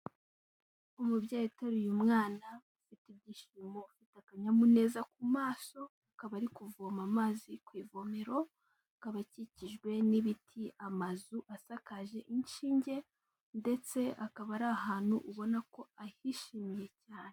Umubyeyi utaruye mwana, ufite ibyishimo ufite akanyamuneza ku maso, akaba ari kuvoma amazi ku ivomero, akaba akikijwe n'ibiti, amazu asakaje inshinge ndetse akaba ari ahantu ubona ko ahishimiye cyane.